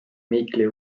meekly